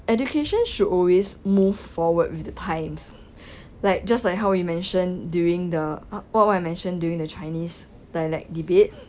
education should always move forward with the times like just like how you mentioned during the uh like what I mentioned during the chinese dialect debate